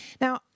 Now